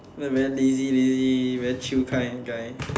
very lazy lazy very chill kind guy